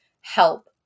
help